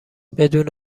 بدون